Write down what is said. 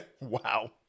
Wow